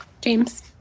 James